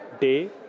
day